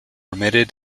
omitted